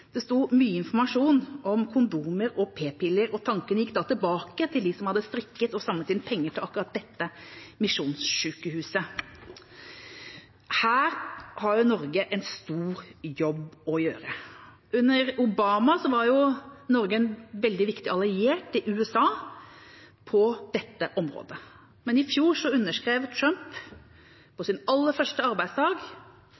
kondomer og p-piller, og tanken gikk da tilbake til dem som hadde strikket og samlet inn penger til akkurat dette misjonssykehuset. Her har Norge en stor jobb å gjøre. Under Obama var Norge en veldig viktig alliert for USA på dette området, men i fjor underskrev Trump, på